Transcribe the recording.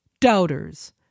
doubters